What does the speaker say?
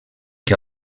que